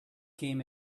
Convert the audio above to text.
came